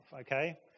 Okay